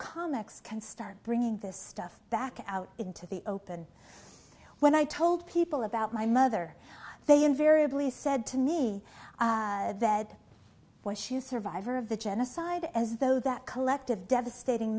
comex can start bringing this stuff back out into the open when i told people about my mother they invariably said to me that once you survivor of the genocide as though that collective devastating